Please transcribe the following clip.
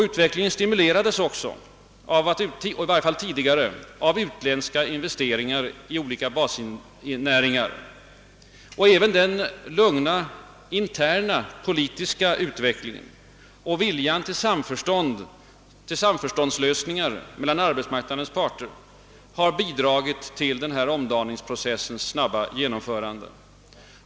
Utvecklingen stimulerades också i varje fall i ett tidigt skede — av utländska investeringar i olika basnäringar. Även den lugna interna politiska utvecklingen och viljan till samförståndslösningar mellan «arbetsmarknadens parter har bidragit till omdaningsprocessens snabba genomförande.